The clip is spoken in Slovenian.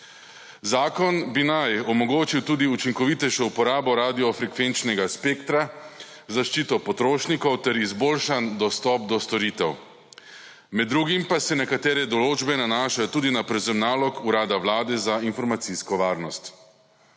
Zakon bi naj omogočil tudi učinkovitejšo uporabo radiofrekvenčnega spektra, zaščito potrošnikov ter izboljšan dostop do storitev. Med drugim pa se nekatere določbe nanašajo tudi na prevzem nalog Urada Vlade Republike Slovenije za informacijsko varnost.